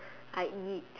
I eat